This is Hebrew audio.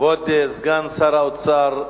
כבוד סגן שר האוצר,